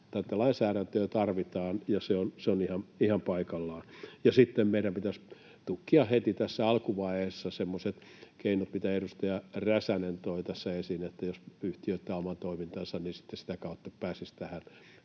Tätä lainsäädäntöä tarvitaan, ja se on ihan paikallaan. Sitten meidän pitäisi tukkia heti tässä alkuvaiheessa semmoiset keinot, mitä edustaja Räsänen toi tässä esiin, että jos yhtiöittää omaa toimintaansa, niin sitten sitä kautta pääsisi tähän